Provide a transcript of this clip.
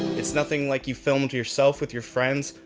it's nothing like you've filmed yourself with your friends.